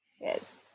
Yes